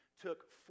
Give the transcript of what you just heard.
took